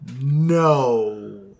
No